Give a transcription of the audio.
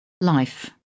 life